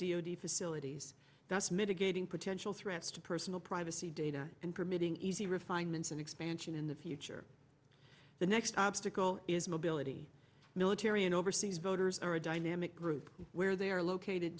t facilities does mitigating potential threats to personal privacy data and permitting easy refinements and expansion in the future the next obstacle is mobility military and overseas voters are a dynamic group where they are located